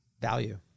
Value